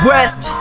West